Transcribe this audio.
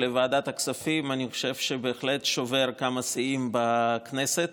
לוועדת הכספים בהחלט שובר כמה שיאים בכנסת.